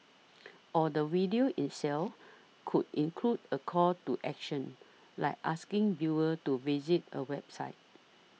or the video itself could include a call to action like asking viewers to visit a website